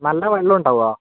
നല്ല വെള്ളം ഉണ്ടാവുമോ